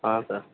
ஆ sir